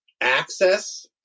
access